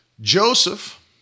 Joseph